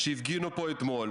שהפגינו פה אתמול,